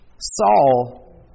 Saul